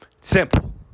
Simple